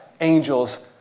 angels